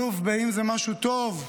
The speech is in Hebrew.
הוא אלוף, אם זה משהו טוב,